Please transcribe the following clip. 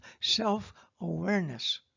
self-awareness